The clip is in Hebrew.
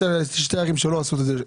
יש שתי ערים שלא עושות את זה,